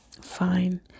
Fine